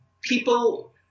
people